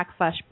backslash